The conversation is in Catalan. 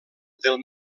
del